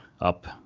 up